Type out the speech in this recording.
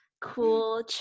cool